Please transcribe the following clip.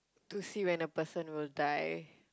to see when a person will die